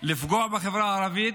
לפגוע בחברה הערבית.